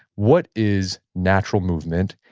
what is natural movement?